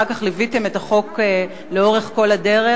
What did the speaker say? אחר כך ליוויתם את החוק לאורך כל הדרך.